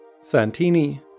Santini